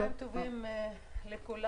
צהריים טובים לכולם.